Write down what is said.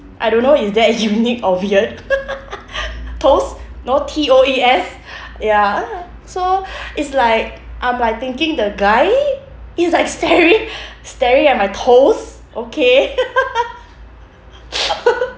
I don't know is that unique or weird toes know T O E S ya so it's like I'm like thinking the guy he's like staring staring at my toes okay